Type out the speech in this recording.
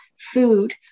food